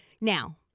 Now